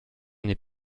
n’est